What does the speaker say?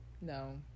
no